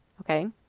Okay